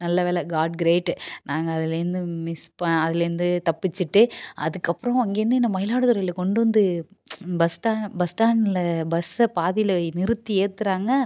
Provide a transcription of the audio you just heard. நல்ல வேளை God great நாங்கள் அதுலேருந்து மிஸ் ப அதுலேருந்து தப்பிச்சிட்டு அதுக்கப்புறம் அங்கேருந்து என்ன மயிலாடுதுறையில் கொண்டு வந்து பஸ் ஸ்டாண் பஸ் ஸ்டாண்ட்ல பஸ்ஸை பாதியில நிறுத்தி ஏத்துறாங்கள்